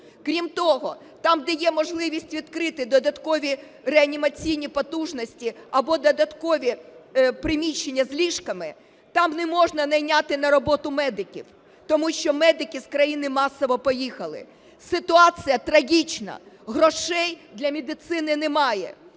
Крім того, там, де є можливість відкрити додаткові реанімаційні потужності або додаткові приміщення з ліжками, там не можна найняти на роботу медиків, тому що медики з країни масово поїхали. Ситуація трагічна, грошей для медицини немає.